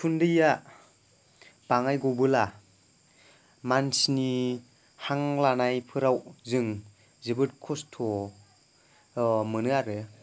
उखुन्दैया बाङाय गबोला मानसिनि हां लानायफोराव जों जोबोद खस्थ' मोनो आरो